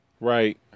Right